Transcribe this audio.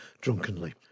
drunkenly